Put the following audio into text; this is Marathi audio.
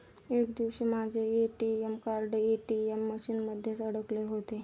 एक दिवशी माझे ए.टी.एम कार्ड ए.टी.एम मशीन मध्येच अडकले होते